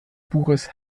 buches